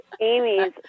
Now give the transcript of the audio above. amy's